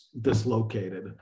dislocated